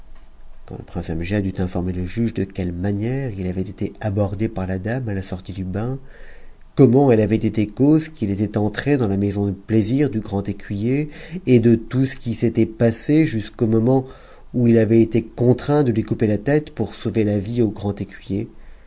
quand le prince amgiad eut informé le juge de quelle manière il avait été abordé par la dame à la sortie du bain comment elle avait été cause qu'il était entré dans la maison de plaisir du grand écuyer et de tout ce qui s'était passé jusqu'au moment qu'il avait été contraint de lui couper la tête pour sauver la vie au grand